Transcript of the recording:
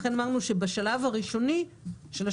לכן אמרנו שבשנים הראשונות,